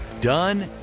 done